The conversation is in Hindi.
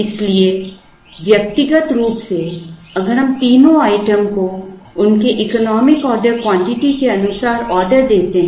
इसलिए व्यक्तिगत रूप से अगर हम तीनों आइटम को उनके इकोनामिक ऑर्डर क्वांटिटी के अनुसार ऑर्डर देते हैं